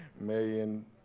million